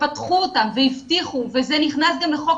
פתחו אותן והבטיחו וזה נכנס גם לחוק